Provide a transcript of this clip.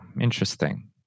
interesting